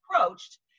approached